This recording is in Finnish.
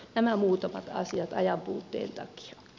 nämä muutamat asiat ajanpuutteen takia